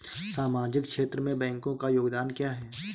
सामाजिक क्षेत्र में बैंकों का योगदान क्या है?